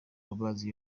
n’amazi